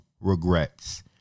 regrets